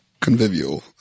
Convivial